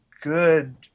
good